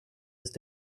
ist